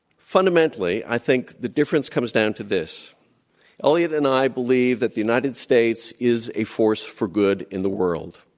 fundamentally, i think the difference comes down to this elliott and i believe that the united states is a force for good in the world.